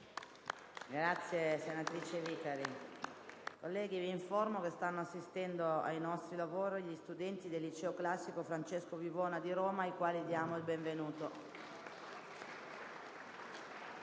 Onorevoli colleghi, vi informo che stanno assistendo ai nostri lavori gli studenti del Liceo classico «Francesco Vivona» di Roma, ai quali diamo il benvenuto.